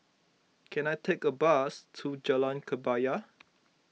can I take a bus to Jalan Kebaya